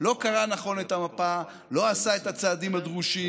לא קרא נכון את המפה, לא עשה את הצעדים הדרושים.